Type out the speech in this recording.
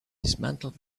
dismantled